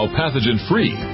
pathogen-free